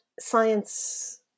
science